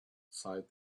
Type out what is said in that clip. sighed